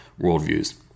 worldviews